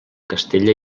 castella